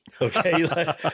okay